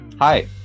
Hi